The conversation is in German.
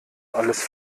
alles